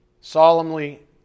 solemnly